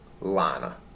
lana